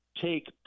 take